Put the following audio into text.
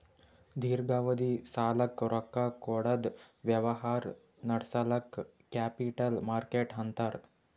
ದೀರ್ಘಾವಧಿ ಸಾಲಕ್ಕ್ ರೊಕ್ಕಾ ಕೊಡದ್ ವ್ಯವಹಾರ್ ನಡ್ಸದಕ್ಕ್ ಕ್ಯಾಪಿಟಲ್ ಮಾರ್ಕೆಟ್ ಅಂತಾರ್